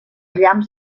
llamps